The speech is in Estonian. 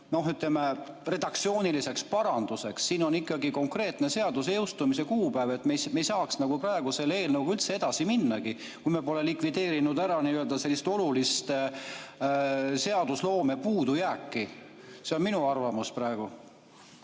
ütleme, redaktsiooniliseks paranduseks. Siin on ikkagi konkreetne seaduse jõustumise kuupäev ja me ei saaks praegu selle eelnõuga üldse edasi minnagi, kui me pole likvideerinud sellist olulist seadusloome puudujääki. See on minu arvamus praegu.